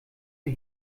sie